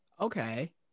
Okay